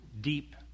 deep